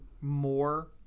more